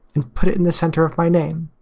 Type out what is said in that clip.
and put it in the center of my name.